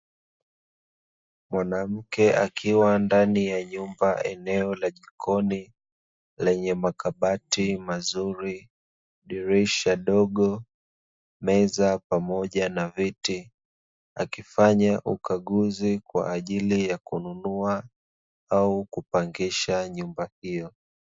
Mwanamke akiwa ndani ya nyumba eneo la jikoni, lenye makabati mazuri, dirisha dogo, meza pamoja na viti. Akifanya ukaguzi kwa ajili ya kununua au kupangisha nyumba hiyo.